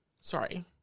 Sorry